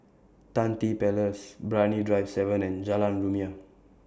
Tan Tye Place Brani Drive seven and Jalan Rumia